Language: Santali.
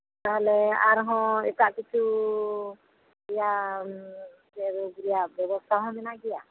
ᱛᱟᱦᱚᱞᱮ ᱟᱨᱦᱚᱸ ᱮᱴᱟᱜ ᱠᱤᱪᱷᱩ ᱨᱮᱭᱟᱜ ᱪᱮᱫ ᱨᱳᱜᱽ ᱨᱮᱭᱟᱜ ᱵᱮᱵᱚᱥᱛᱟ ᱦᱚᱸ ᱢᱮᱱᱟᱜ ᱜᱮᱭᱟ